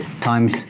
times